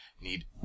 need